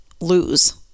lose